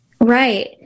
Right